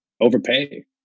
overpay